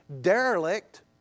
derelict